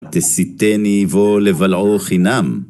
ותסיתני בו לבלעו חנם